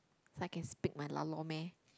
so I can speak my lah lor meh